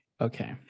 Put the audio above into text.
Okay